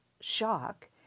shock